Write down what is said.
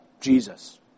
Jesus